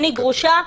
אני גרושה,